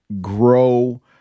grow